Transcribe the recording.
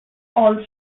also